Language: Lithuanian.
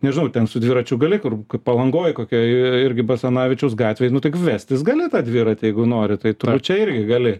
nežinau ten su dviračiu gali kur palangoj kokioj i irgi basanavičiaus gatvėj nu vestis gali tą dviratį jeigu nori tai turbūt čia irgi gali